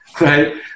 Right